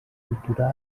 cultural